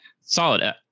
Solid